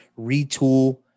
retool